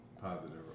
Positive